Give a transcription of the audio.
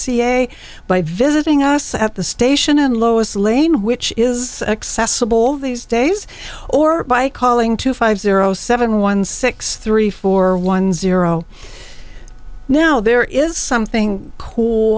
ca by visiting us at the station and lois lane which is accessible these days or by calling two five zero seven one six three four one zero now there is something